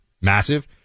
massive